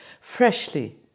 freshly